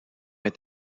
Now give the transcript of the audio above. est